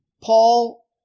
Paul